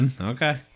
Okay